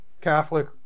Catholic